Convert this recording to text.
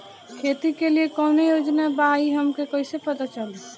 खेती के लिए कौने योजना बा ई हमके कईसे पता चली?